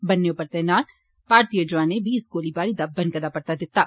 बन्नै उप्पर तैनात भारतीय जुआनें बी इस गोलीबारी दा बनकदा परता दित्ता